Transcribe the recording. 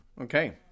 Okay